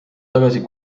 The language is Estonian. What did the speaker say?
tagasi